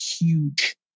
huge